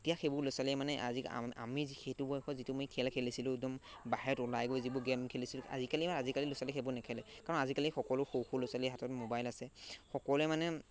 এতিয়া সেইবোৰ ল'ৰা ছোৱালীয়ে মানে আজি আমি সেইটো বয়সত যিটো মই খেল খেলিছিলোঁ একদম বাহিৰত ওলাই গৈ যিবোৰ গে'ম খেলিছিলোঁ আজিকালি মানে আজিকালি ল'ৰা ছোৱালীয়ে সেইবোৰ নেখেলে কাৰণ আজিকালি সকলো সৰু সৰু ল'ৰা ছোৱালীৰ হাতত মোবাইল আছে সকলোৱে মানে